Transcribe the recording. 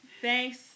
Thanks